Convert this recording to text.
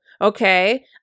okay